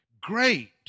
great